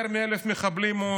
יותר מ-1,000 מחבלים הוא